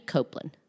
Copeland